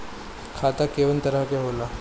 खाता केतना तरह के होला?